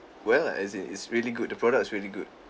well lah as in it's really good the product is really good